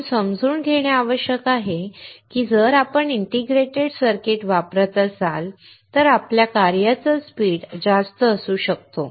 आपण आता समजून घेणे आवश्यक आहे की जर आपण इंटिग्रेटेड सर्किट्स वापरत असाल तर आपल्या कार्याचा स्पीड जास्त असू शकतो